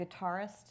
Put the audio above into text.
guitarist